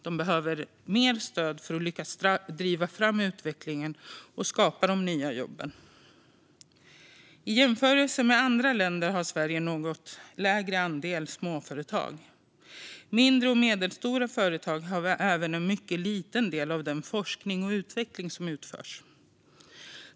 De behöver mer stöd för att lyckas driva utvecklingen framåt och skapa de nya jobben. I jämförelse med andra länder har Sverige en något lägre andel småföretag. Mindre och medelstora företag har även en mycket liten del av den forskning och utveckling som sker.